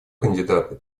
кандидаты